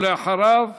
ואחריו,